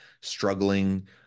struggling